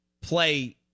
play –